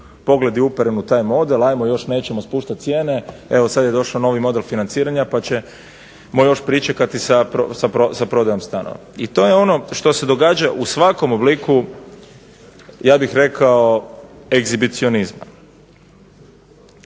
pogledi uprti u taj model, ajmo još nećemo spuštati cijene. Evo sada je došao novi model financiranja pa ćemo još pričekati sa prodajom stanova. I to je ono što se događa u svakom obliku ja bih rekao ekshibicionizam.